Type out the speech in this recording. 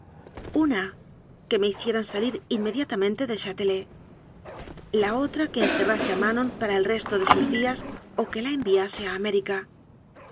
una que me hicieran salir inmediatamente del chátelet la otra que encerrase a manon para el resto de sus días o que la enviase a américa